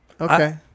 okay